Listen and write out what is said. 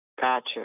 Gotcha